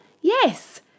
Yes